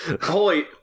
Holy